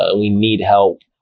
ah we need help,